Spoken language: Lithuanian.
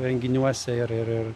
renginiuose ir